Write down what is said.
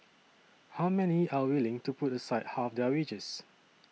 how many are willing to put aside half their wages